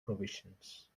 provisions